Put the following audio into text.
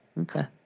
okay